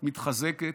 מתחזקת.